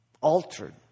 altered